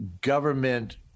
government